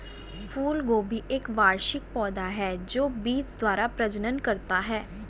फूलगोभी एक वार्षिक पौधा है जो बीज द्वारा प्रजनन करता है